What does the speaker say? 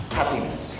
happiness